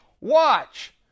watch